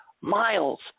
miles